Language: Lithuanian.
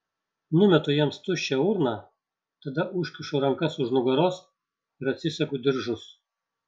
numetu jiems tuščią urną tada užkišu rankas už nugaros ir atsisegu diržus